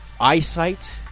eyesight